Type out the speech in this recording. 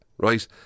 Right